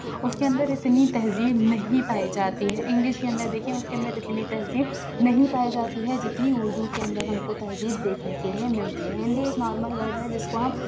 اس کے اندر اتنی تہذیب نہیں پائی جاتی ہے انگلش کے اندر دیکھیں اس کے اندر اتنی تہذیب نہیں پائی جاتی ہے جتنی اردو کے اندر ہم کو تہذیب دیکھنے کے لیے ملتی ہے ہندی ایک نارمل ورڈ ہے جس کو ہم